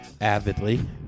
Avidly